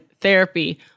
therapy